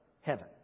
heaven